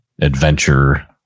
adventure